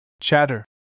Chatter